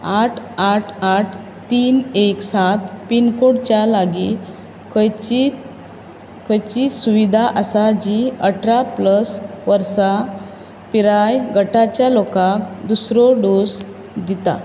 आठ आठ आठ तीन एक सात पिनकोडच्या लागीं खंयचीय सुविधा आसा जी अठरा प्लस वर्सां पिराय गटाच्या लोकांक दुसरो डोस दिता